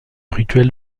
rituel